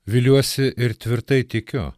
viliuosi ir tvirtai tikiu